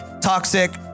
toxic